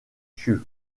chu